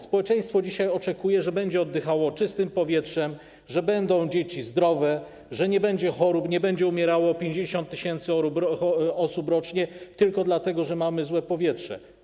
Społeczeństwo dzisiaj oczekuje, że będzie oddychało czystym powietrzem, że dzieci będą zdrowe, że nie będzie chorób, nie będzie umierało 50 tys. osób rocznie tylko dlatego, że mamy złe powietrze.